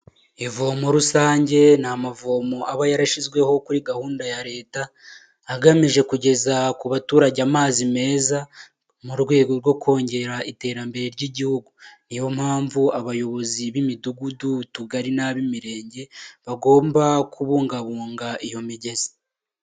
Ivomo rusange ni amavomo aba yarashyizweho kuri gahunda ya leta agamije kugeza ku baturage amazi meza mu rwego rwo kongera iterambere ry'igihugu, niyo mpamvu abayobozi b'imidugudu, utugari n'abimirenge bagomba kubungabunga iyo migezi.